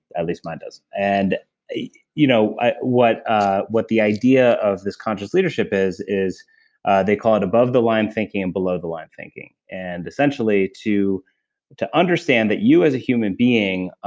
at least mine does and you know ah what ah what the idea of this conscious leadership is, is they call it above the line thinking and below the line thinking. and essentially, to to understand that you, as a human being.